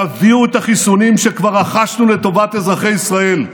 תביאו את החיסונים שכבר רכשנו לטובת אזרחי ישראל.